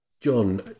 John